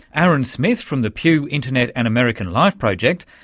aaron smith from the pew internet and american life project,